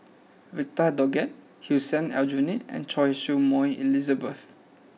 Victor Doggett Hussein Aljunied and Choy Su Moi Elizabeth